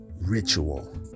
ritual